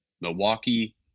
Milwaukee